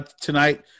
tonight